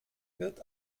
wird